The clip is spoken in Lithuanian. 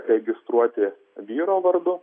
registruoti vyro vardu